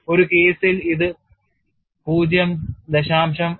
ഒരു കേസിൽ ഇത് 0